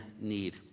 need